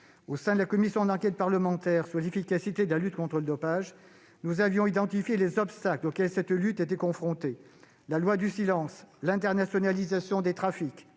Au sein de la commission d'enquête parlementaire sur l'efficacité de la lutte contre le dopage, nous avions identifié les obstacles auxquels cette lutte était confrontée : la loi du silence, l'internationalisation des trafics,